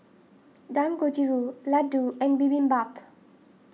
Dangojiru Ladoo and Bibimbap